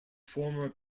former